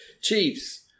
Chiefs